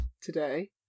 today